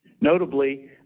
Notably